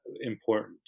important